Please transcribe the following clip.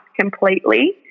completely